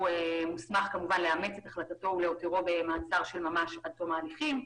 הוא מוסמך לאמץ את החלטתו ולהותירו במעצר של ממש עד תום ההליכים.